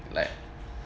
like